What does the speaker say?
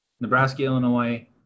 Nebraska-Illinois